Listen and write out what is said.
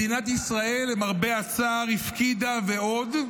מדינת ישראל, למרבה הצער, הפקידה ועוד,